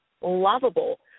lovable